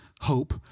Hope